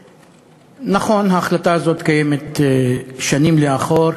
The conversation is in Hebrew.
נכון, ההחלטה הזאת קיימת שנים לאחור,